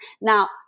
Now